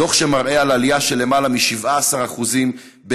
דוח שמראה על עלייה של למעלה מ-17% באירועים